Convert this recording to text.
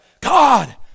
God